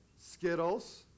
Skittles